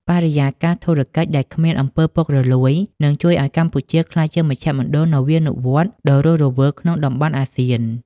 បរិយាកាសធុរកិច្ចដែលគ្មាន អំពើពុករលួយ នឹងជួយឱ្យកម្ពុជាក្លាយជា "មជ្ឈមណ្ឌលនវានុវត្តន៍" ដ៏រស់រវើកក្នុងតំបន់អាស៊ាន។